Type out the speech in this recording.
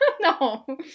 No